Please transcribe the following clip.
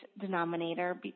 denominator